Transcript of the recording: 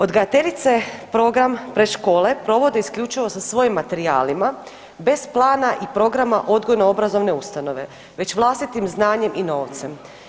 Odgajateljice program predškole provode isključivo sa svojim materijalima, bez plana i programa odgojno-obrazovne ustanove već vlastitim znanjem i novcem.